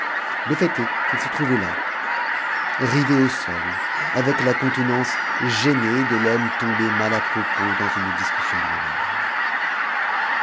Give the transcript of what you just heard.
le fait est qu'il se trouvait là rivé au sol avec la contenance gênée de l'homme tombé mal à propos dans une discussion de ménage